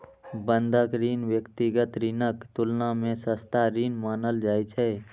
बंधक ऋण व्यक्तिगत ऋणक तुलना मे सस्ता ऋण मानल जाइ छै